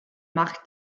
marc